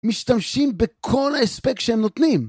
משתמשים בכל הספק שהם נותנים.